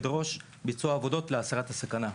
לדרוש ביצוע עבודות להסרת הסכנה.